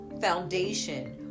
foundation